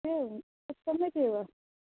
एवं तत् सम्यगेव